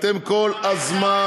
אתם כל הזמן,